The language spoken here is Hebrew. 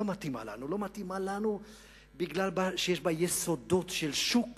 היא לא מתאימה לנו כי יש בה יסודות של שוק